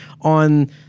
on